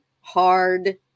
hard